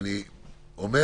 אני לא יודע